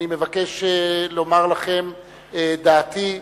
אני מבקש לומר לכם את דעתי.